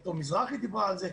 ד"ר מזרחי דיברה על זה.